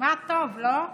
נשמע טוב, לא?